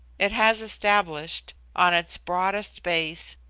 it has established, on its broadest base,